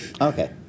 okay